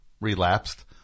relapsed